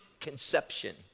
conception